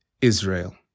Israel